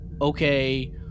okay